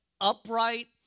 upright